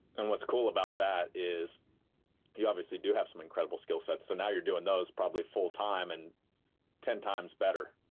and what's cool about that is you obviously do have some incredible skill-sets. so now you're doing those probably full-time, and ten times better.